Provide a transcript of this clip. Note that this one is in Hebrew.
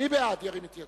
לא ידוע